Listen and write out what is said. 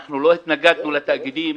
לא התנגדנו לתאגידים